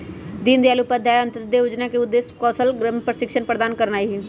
दीनदयाल उपाध्याय अंत्योदय जोजना के उद्देश्य कौशल प्रशिक्षण प्रदान करनाइ हइ